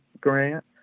grant